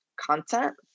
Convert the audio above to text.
content